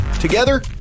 Together